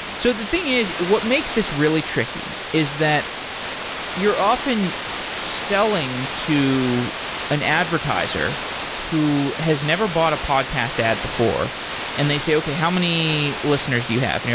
so the thing is what makes this really tricky is that you're often selling to an advertiser who has never bought a podcast ad before and they say, okay, how many listeners do you have? you're